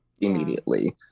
immediately